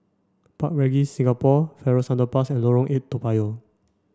Park Regis Singapore Farrer Underpass and Lorong eight Toa Payoh